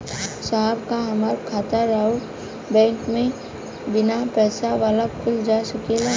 साहब का हमार खाता राऊर बैंक में बीना पैसा वाला खुल जा सकेला?